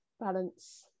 Balance